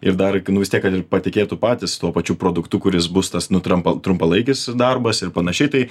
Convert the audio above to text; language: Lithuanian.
ir dar gi nu vis tiek kad ir patikėtų patys tuo pačiu produktu kuris bus tas nu trampal trumpalaikis darbas ir panašiai tai